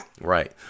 Right